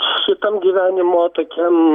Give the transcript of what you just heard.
šitam gyvenimo tokiam